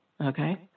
okay